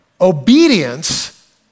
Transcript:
Obedience